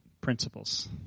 principles